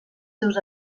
seus